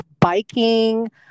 biking